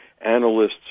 analysts